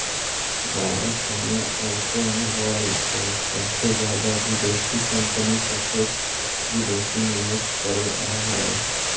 भारत में ऑटोमोबाईल पर सबसे जादा विदेशी कंपनियां प्रत्यक्ष विदेशी निवेश करअ हई